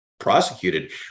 prosecuted